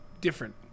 different